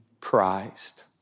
prized